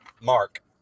Mark